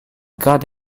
got